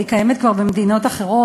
אבל היא כבר קיימת במדינות אחרות,